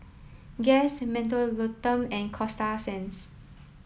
guess Mentholatum and Coasta Sands